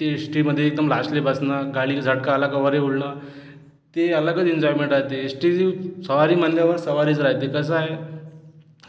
ते S T मध्ये एकदम लास्टले बसनं गाडीला झटका आला की वरे उलणं ते अलगच एनजॉयमेंट राहते एस टीची सवारी म्हणनल्यावर सवारीच राहते कसं आहे